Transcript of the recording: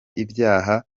ibyaha